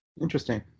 Interesting